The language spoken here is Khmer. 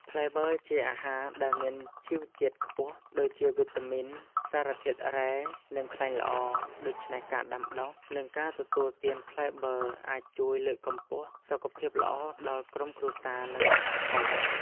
ផ្លែបឺរជាអាហារដែលមានជីវជាតិខ្ពស់ ដូចជាវីតាមីន សារធាតុរ៉ែ និងខ្លាញ់ល្អ ដូច្នេះការដាំដុះ និងការទទួលទានផ្លែបឺរអាចជួយលើកកម្ពស់សុខភាពល្អដល់ក្រុមគ្រួសារ និងសហគមន៍។